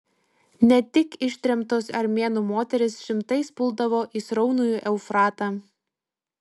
ne tik ištremtos armėnų moterys šimtais puldavo į sraunųjį eufratą